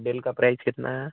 Dell का price कितना है